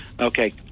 Okay